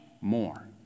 more